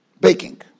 Baking